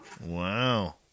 Wow